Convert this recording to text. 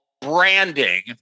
branding